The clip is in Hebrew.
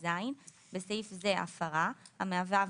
26ז (בסעיף זה הפרה) המהווה עבירה.